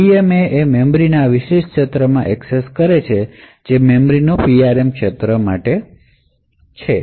DMA આ ક્ષેત્ર જે મેમરીનો PRM એરિયા તેમાં એક્સેસકરવા અક્ષમ છે